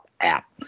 app